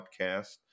podcast